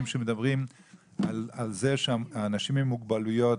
שמדברים על זה שאנשים עם מוגבלויות,